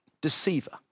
deceiver